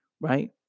right